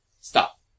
Stop